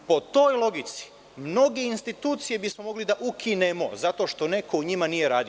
Po toj logici mnoge institucije bismo mogli da ukinemo zato što neko u njima nije radio.